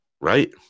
Right